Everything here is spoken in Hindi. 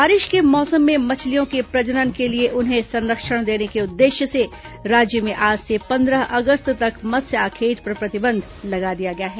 बारिश के मौसम में मछलियों के प्रजनन के लिए उन्हें संरक्षण देने के उद्देश्य से राज्य में आज से पन्द्रह अगस्त तक मत्स्याखेट पर प्रतिबंध लगा दिया गया है